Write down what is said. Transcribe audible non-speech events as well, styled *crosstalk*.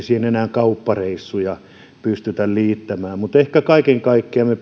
kauppareissuja pystyttäisiin liittämään mutta ehkä kaiken kaikkiaan me *unintelligible*